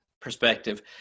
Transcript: perspective